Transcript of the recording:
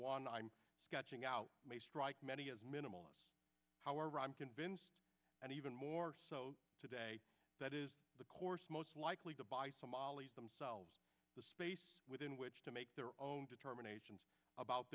one i'm sketching out may strike many as minimal loss however i'm convinced and even more so today that is the course most likely to buy somalis themselves the space within which to make their own determination about